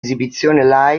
esibizione